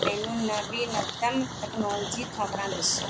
ਮੈਨੂੰ ਨਵੀਨਤਮ ਤਕਨੋਲਜੀ ਖਬਰਾਂ ਦੱਸੋ